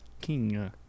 King